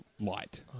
Light